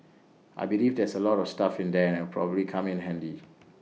I believe there's A lot of stuff in there and it'll probably come in handy